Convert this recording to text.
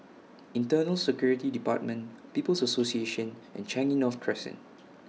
Internal Security department People's Association and Changi North Crescent